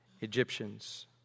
Egyptians